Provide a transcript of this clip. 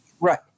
right